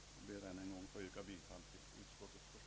Jag ber att än en gång få yrka bifall till utskottets förslag.